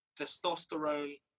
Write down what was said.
testosterone